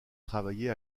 travaillait